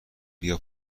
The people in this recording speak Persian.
بیا